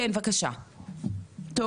כן בבקשה תומר.